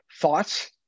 thoughts